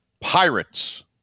Pirates